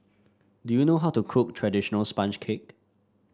do you know how to cook traditional sponge cake